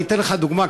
אני אתן לך דוגמה,